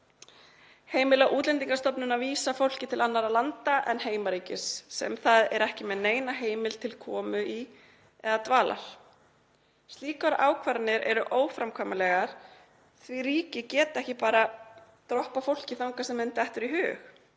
heimila Útlendingastofnun að vísa fólki til annarra landa en heimaríkis sem það er ekki með neina heimild til komu eða dvalar í. Slíkar ákvarðanir eru óframkvæmanlegar því að ríki geta ekki bara droppað fólki þangað sem þeim dettur í hug.